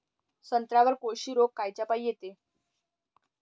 संत्र्यावर कोळशी रोग कायच्यापाई येते?